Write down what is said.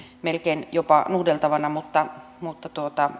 melkein voisi pitää jopa nuhdeltavana mutta mutta